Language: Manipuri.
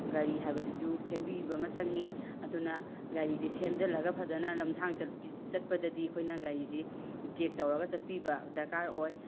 ꯒꯥꯔꯤ ꯍꯥꯏꯕꯁꯤꯁꯨ ꯁꯦꯝꯕꯤꯕ ꯑꯃ ꯆꯪꯏ ꯑꯗꯨꯅ ꯒꯥꯔꯤꯁꯦ ꯁꯦꯝꯖꯤꯜꯂꯒ ꯐꯖꯅ ꯂꯝꯁꯥꯡ ꯆꯠꯄꯗꯗꯤ ꯑꯩꯈꯣꯏꯅ ꯒꯥꯔꯤꯁꯤ ꯆꯦꯛ ꯇꯧꯔꯒ ꯆꯠꯄꯤꯕ ꯗꯔꯀꯥꯔ ꯑꯣꯏ